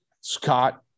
Scott